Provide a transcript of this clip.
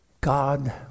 God